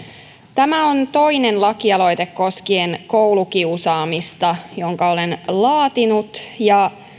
tämä on toinen lakialoite koskien koulukiusaamista jonka olen laatinut ja